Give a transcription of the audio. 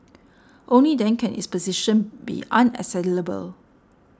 only then can its position be unassailable